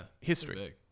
history